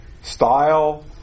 style